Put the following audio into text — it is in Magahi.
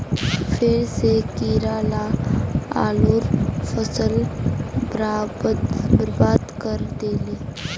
फेर स कीरा ला आलूर फसल बर्बाद करे दिले